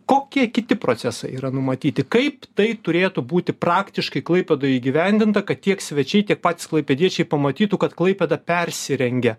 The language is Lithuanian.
kokie kiti procesai yra numatyti kaip tai turėtų būti praktiškai klaipėdoj įgyvendinta kad tiek svečiai tik patys klaipėdiečiai pamatytų kad klaipėda persirengia